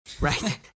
Right